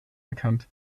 bekannt